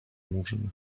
murzyn